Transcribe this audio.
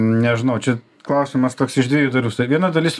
nežinau čia klausimas toks iš dviejų dalių tai viena dalis